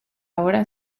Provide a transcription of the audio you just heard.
ahora